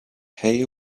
hay